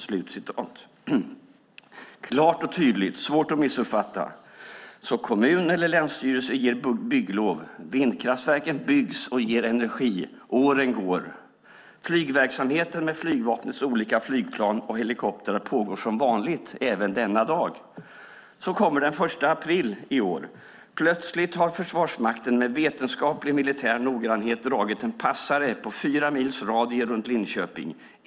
Det är klart och tydligt och svårt att missuppfatta. Så kommun eller länsstyrelse ger bygglov. Vindkraftverken byggs och ger energi. Åren går. Flygverksamheten med flygvapnets olika flygplan och helikoptrar pågår som vanligt även denna dag. Plötsligt den 1 april i år har Försvarsmakten med vetenskaplig militär noggrannhet dragit en passare på fyra mils radie runt Linköping.